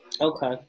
Okay